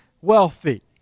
wealthy